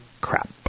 crap